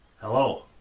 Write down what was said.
Hello